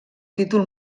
títol